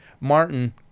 Martin